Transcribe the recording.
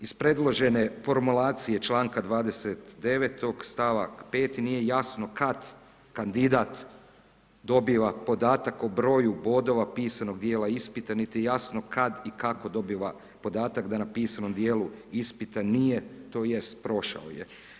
Iz predložene formulacije članka 29., st. 5. nije jasno kad kandidat dobiva podatak o broju bodova pisanog dijela ispita niti je jasno kad i kako dobiva podatak da na pisanom dijelu ispita nije tj. prošao je.